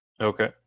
Okay